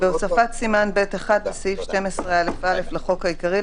בהוספת סימן ב1 בסעיף 12א(א) לחוק העיקרי,